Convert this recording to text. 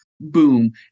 boom